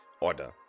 order